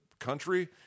Country